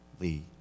lee